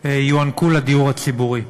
יוענקו לדיור הציבורי.